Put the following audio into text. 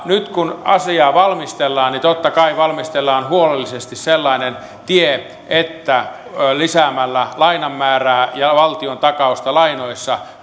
nyt kun asiaa valmistellaan niin totta kai valmistellaan huolellisesti sellainen tie että lisäämällä lainan määrää ja valtion takausta lainoissa